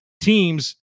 teams